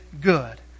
good